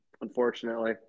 Unfortunately